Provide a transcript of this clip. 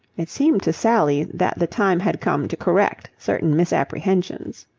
it seemed to sally that the time had come to correct certain misapprehensions.